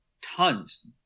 tons